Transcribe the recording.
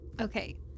Okay